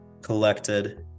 collected